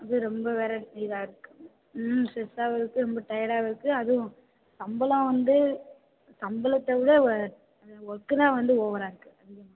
இது ரொம்ப வேறு இதாக இருக்கு ம் ஸ்ட்ரெஸ்ஸாகவும் இருக்குது ரொம்ப டயர்டாகவும் இருக்குது அதுவும் சம்பளம் வந்து சம்பளத்தைவிட அந்த ஒர்க்கு தான் வந்து ஓவராக இருக்குது